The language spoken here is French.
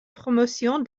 promotion